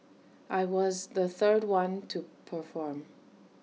I was the third one to perform